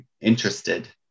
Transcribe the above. interested